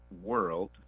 world